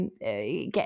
get